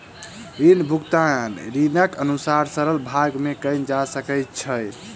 ऋण भुगतान ऋणीक अनुसारे सरल भाग में कयल जा सकै छै